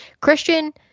Christian